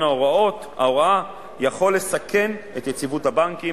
ההוראה יכול לסכן את יציבות הבנקים,